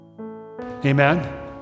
Amen